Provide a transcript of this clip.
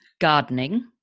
gardening